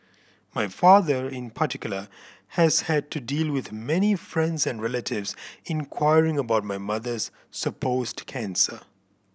my father in particular has had to deal with many friends and relatives inquiring about my mother's supposed cancer